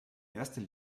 erster